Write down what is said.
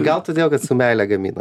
gal todėl kad su meile gamina